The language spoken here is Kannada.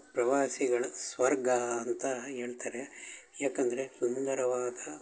ಪ್ರವಾಸಿಗಳ ಸ್ವರ್ಗ ಅಂತ ಹೇಳ್ತಾರೆ ಯಾಕಂದರೆ ಸುಂದರವಾದ